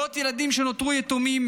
מאות ילדים שנותרו יתומים,